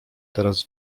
teraz